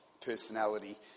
personality